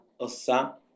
osa